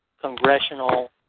congressional